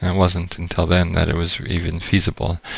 and wasn't until then that it was even feasible.